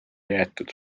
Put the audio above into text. jäetud